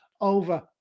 over